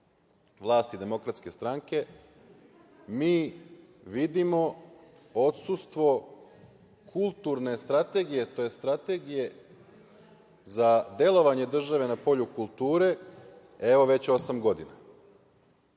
vlasti Demokratske stranke, mi vidimo odsustvo kulturne strategije, tj. strategije za delovanje države na polju kulture, evo već osam godina.